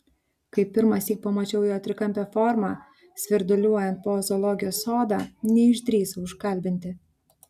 kai pirmąsyk pamačiau jo trikampę formą svirduliuojant po zoologijos sodą neišdrįsau užkalbinti